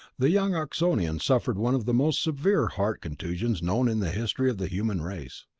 the young oxonian suffered one of the most severe heart contusions known in the history of the human race.